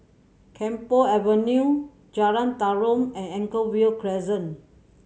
Camphor Avenue Jalan Tarum and Anchorvale Crescent